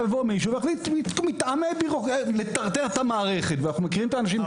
יבוא מישהו ויחליט שהוא מטרטר את המערכת ואנחנו מכירים את האנשים.